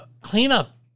cleanup